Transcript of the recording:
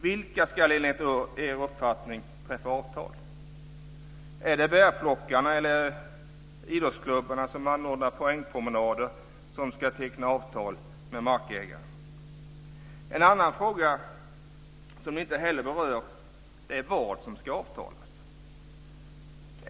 Vilka ska enligt er uppfattning träffa avtal? Är det bärplockarna eller idrottsklubbarna som anordnar poängpromenader som ska teckna avtal med markägaren? En annan fråga, som ni inte heller berör, är vad som ska avtalas.